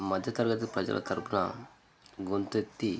మధ్యతరగతి ప్రజల తరపున గొంతెత్తి